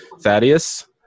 Thaddeus